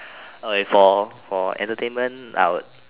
okay for for entertainment I would